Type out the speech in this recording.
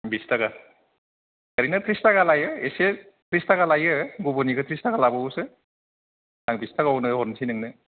बिस थाखा ओरैनो थ्रिस थाखा लायो एसे थ्रिस थाखा लायो गुबुननिखौ थ्रिस थाखा लाबावोसो आं बिस थाखायावनो हरनोसै नोंनो